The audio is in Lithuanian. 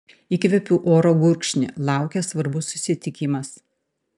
įkvėpiu oro gurkšnį laukia svarbus susitikimas